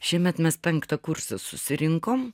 šiemet mes penktą kursą susirinkom